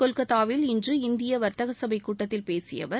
கொல்கத்தாவில் இன்று இந்திய வர்த்தக சபை கூட்டத்தில் பேசிய அவர்